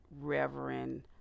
reverend